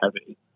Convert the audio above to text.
heavy